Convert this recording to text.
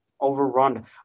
overrun